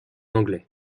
anglais